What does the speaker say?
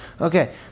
Okay